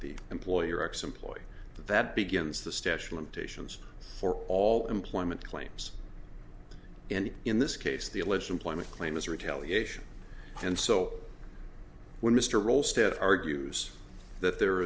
the employer x employee that begins the stache limitations for all employment claims and in this case the alleged employment claim is retaliation and so when mr roll stet argues that there